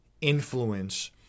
influence